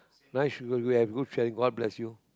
nice you should go at good shall god bless you